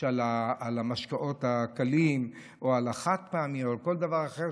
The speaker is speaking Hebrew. על המשקאות הקלים או על החד-פעמי או על כל דבר אחר,